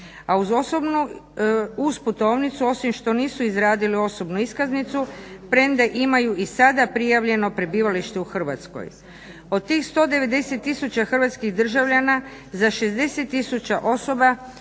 a uz putovnicu osim što nisu izradili osobnu iskaznicu premda imaju i sada prijavljeno prebivalište u Hrvatskoj. Od tih 190 tisuća hrvatskih državljana za 60 tisuća osoba